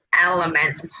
elements